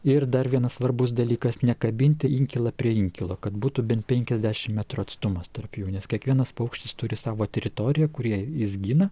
ir dar vienas svarbus dalykas nekabinti inkilą prie inkilo kad būtų bent penkiasdešim metrų atstumas tarp jų nes kiekvienas paukštis turi savo teritoriją kur ją jis gina